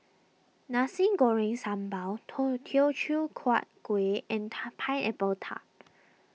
Nasi Goreng Sambal Teochew Huat Kuih and Pineapple Tart